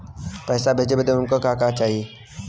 पैसा भेजे बदे उनकर का का चाही?